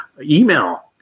email